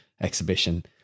exhibition